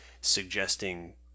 suggesting